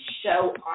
show